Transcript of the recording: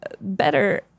better